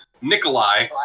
Nikolai